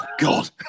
God